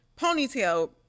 ponytail